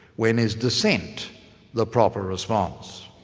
when is dissent the proper response?